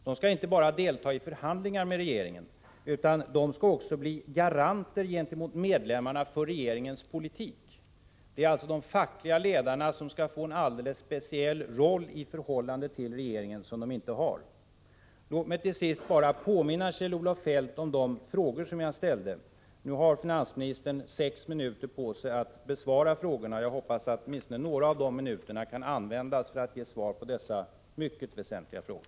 De skall inte bara delta i förhandlingar med regeringen, utan de skall också bli garanter gentemot medlemmarna för regeringens politik. Det är alltså de fackliga ledarna som skall få en alldeles speciell roll i förhållande till regeringen som de nu inte har. Låt mig till sist bara påminna Kjell-Olof Feldt om de frågor som jag ställde. Nu har finansministern sex minuter på sig att besvara frågorna, och jag hoppas att han kan använda åtminstone några av de minuterna för att ge svar på dessa mycket väsentliga frågor.